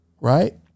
right